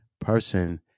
person